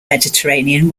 mediterranean